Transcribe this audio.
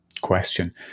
question